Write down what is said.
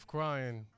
Crying